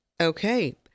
Okay